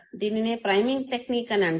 దీనినే priming technique అని అంటారు